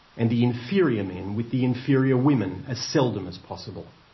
and the inferior men with the inferior women as seldom as possible.